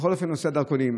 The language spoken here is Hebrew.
בכל אופן, נושא הדרכונים.